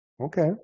Okay